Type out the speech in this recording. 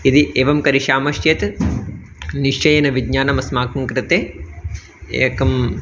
यदि एवं करिष्यामश्चेत् निश्चयेन विज्ञानम् अस्माकं कृते एकम्